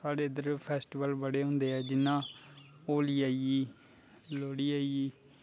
साढ़े इद्धर फैस्टिवल बड़े होंदे ऐ जियां होली आई लोड़ी आई